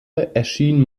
erschien